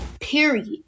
period